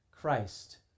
Christ